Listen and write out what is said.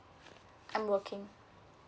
I'm working